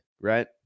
right